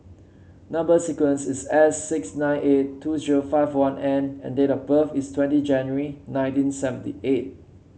number sequence is S six nine eight two zero five one N and date of birth is twenty January nineteen seventy eight